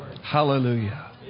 Hallelujah